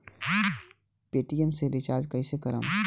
Paytm से recharge कईसे करम?